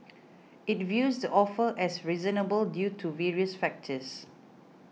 it views the offer as reasonable due to various factors